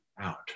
out